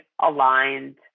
aligned